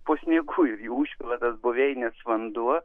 po sniegu ir jų užpilas tas buveines vanduo